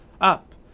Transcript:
up